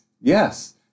Yes